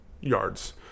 yards